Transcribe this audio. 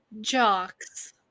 jocks